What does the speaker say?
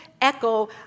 echo